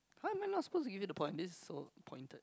how am I not suppose to give you the point this is so pointed